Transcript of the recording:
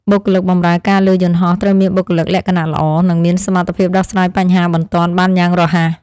បុគ្គលិកបម្រើការលើយន្តហោះត្រូវមានបុគ្គលិកលក្ខណៈល្អ និងសមត្ថភាពដោះស្រាយបញ្ហាបន្ទាន់បានយ៉ាងរហ័ស។